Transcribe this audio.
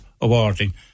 awarding